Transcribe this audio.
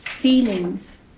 feelings